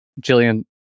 Jillian